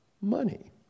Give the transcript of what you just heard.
money